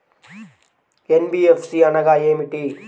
NBFC అనగా ఏమిటీ?